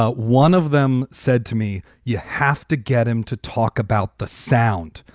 ah one of them said to me, you have to get him to talk about the sound,